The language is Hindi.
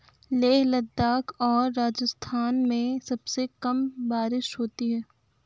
लेह लद्दाख और राजस्थान में सबसे कम बारिश होती है